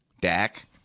Dak